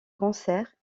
concerts